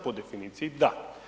Po definiciji da.